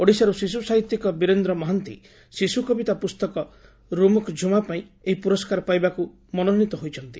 ଓଡ଼ିଶାରୁ ଶିଶୁ ସାହିତ୍ୟିକ ବୀରେନ୍ଦ୍ର ମହାନ୍ତି ଶିଶୁ କବିତା ପୁସ୍ତକ ରୁମୁକ୍ ଝୁମା ପାଇଁ ଏହି ପୁରସ୍କାର ପାଇବାକୁ ମନୋନୀତ ହୋଇଛନ୍ତି